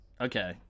Okay